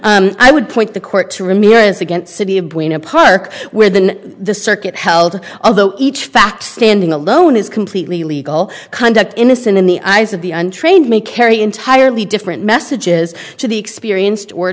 true i would point the court to remain as against city of when a park within the circuit held although each fact standing alone is completely legal conduct innocent in the eyes of the untrained may carry entirely different messages to the experienced or